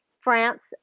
France